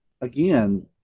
again